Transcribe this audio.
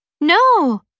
No